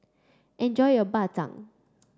enjoy your Bak Chang